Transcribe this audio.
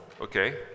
okay